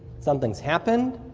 something's happened,